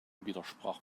widersprach